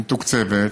היא מתוקצבת,